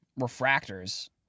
refractors